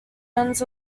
ends